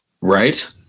Right